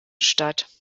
statt